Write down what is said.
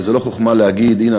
וזו לא חוכמה להגיד: הנה,